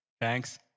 Thanks